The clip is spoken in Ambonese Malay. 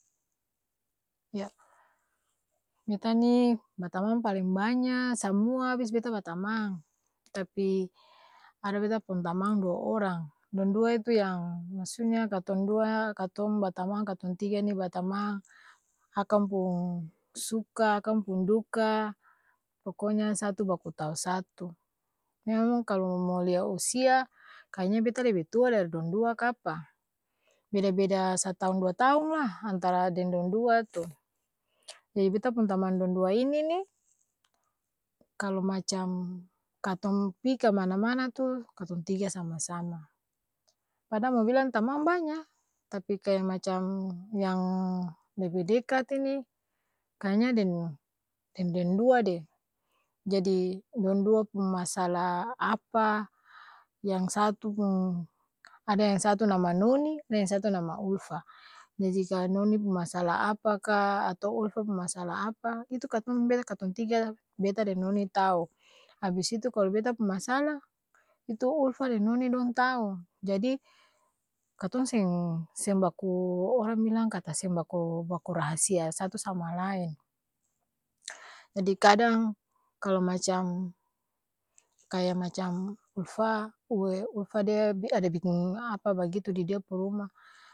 ya' beta ni batamang paleng banyaa samua abis beta batamang, tapi ada beta pung tamang dua orang, dong dua itu yang m'sutnya katong dua katong batamang katong tiga ni batamang, akang pung suka akang pung duka poko nya satu baku tau satu, memang kalo mo lia usia kaya nya beta lebe tua dari dong dua ka'pa? Beda-beda sataong dua taong lah antara deng dong dua tu, jadi beta pung tamang dong dua ini ni, kalo macam katong pi ka mana-mana tu, katong tiga sama-sama, pada'l mo bilang tamang banya tapi kaya macam yang lebe dekat ini, kayanya deng deng-dong dua deh jadi dong dua pung masalah apa yang satu pung, ada yang satu nama noni deng satu nama ulfa jadi kalo noni pung masala apa kaa atau ulfa pung masala apa itu katong be katong tiga, beta deng noni tao, abis itu kalo beta pung masalah, itu ulfa deng noni dong tau jadi, katong seng seng-baku orang bilang kata seng baku baku-rahasia satu sama laeng jadi kadang kalo macang kaya macam ulfa u e ulfa dia ada biking apa bagitu di dia pung ruma.